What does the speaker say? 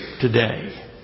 today